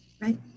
right